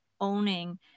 owning